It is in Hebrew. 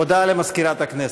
הודעה למזכירת הכנסת.